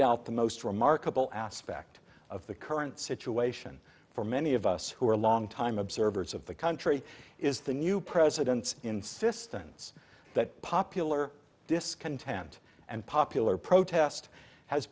doubt the most remarkable aspect of the current situation for many of us who are longtime observers of the country is the new president's insistence that popular discontent and popular protest has